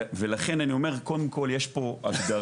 ולכן אני אומר קודם כל יש פה הגדרה